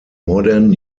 modern